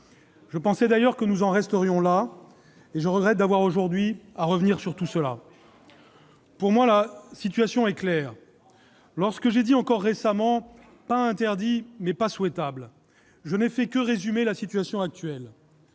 Je pensais d'ailleurs que nous en resterions là ... Je regrette d'avoir à revenir cet après-midi sur ces sujets. Pour moi, la situation est claire. Lorsque j'ai dit, récemment encore :« pas interdit, mais pas souhaitable », je n'ai fait que résumer la situation actuelle.